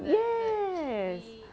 yes